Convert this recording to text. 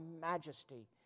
majesty